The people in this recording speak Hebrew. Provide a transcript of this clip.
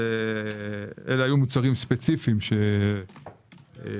אלה היו מוצרים ספציפיים שנכניס.